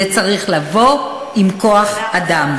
זה צריך לבוא עם כוח-אדם.